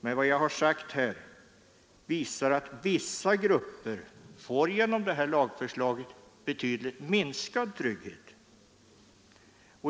Men vad jag har sagt här visar att vissa grupper genom detta lagförslag får betydligt minskad trygghet.